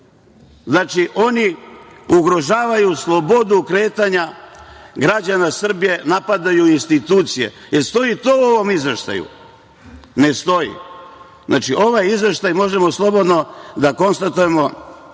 Znači, oni ugrožavaju slobodu kretanja građana Srbije, napadaju institucije. Jel stoji to u ovom Izveštaju? Ne stoji. Znači, za ovaj Izveštaj možemo slobodno da konstatujemo da je